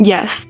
Yes